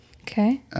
Okay